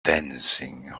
dancing